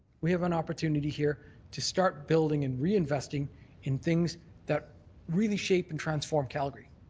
we have an opportunity here to start building and reinvesting in things that really shape and transform calgary.